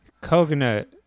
coconut